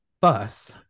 bus